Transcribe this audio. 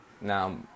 Now